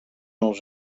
els